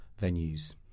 venues